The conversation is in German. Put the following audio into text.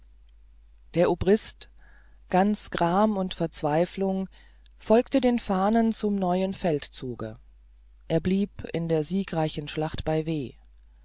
der obrist ganz gram und verzweiflung folgte den fahnen zum neuen feldzuge er blieb in der siegreichen schlacht bei w